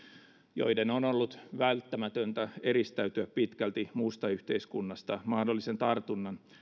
joiden on ollut välttämätöntä eristäytyä pitkälti muusta yhteiskunnasta mahdollisen tartunnan